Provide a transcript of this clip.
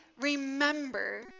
remember